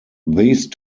these